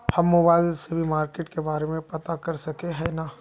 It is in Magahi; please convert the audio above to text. हम मोबाईल से भी मार्केट के बारे में पता कर सके है नय?